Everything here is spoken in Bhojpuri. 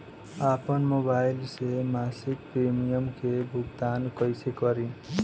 आपन मोबाइल से मसिक प्रिमियम के भुगतान कइसे करि?